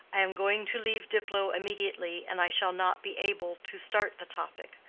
i am going to leave diplow immediately, and i shall not be able to start the topic.